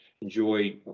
enjoy